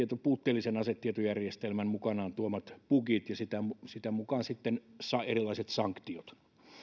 puutteellisen asetietojärjestelmän mukanaan tuomat bugit ja sitä sitä mukaa sitten erilaiset sanktiot